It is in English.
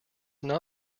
not